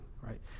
right